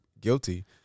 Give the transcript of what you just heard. guilty